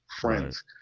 friends